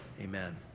Amen